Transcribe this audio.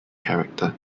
character